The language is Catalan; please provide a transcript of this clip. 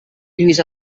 lluís